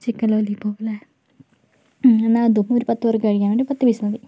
chicken lollipop അല്ലേ ഉം എന്നാൽ അതും ഒരു പത്ത് പേർക്ക് കഴിക്കാൻ വേണ്ടി പത്ത് പീസ് മതി